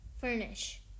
furnish